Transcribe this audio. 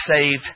saved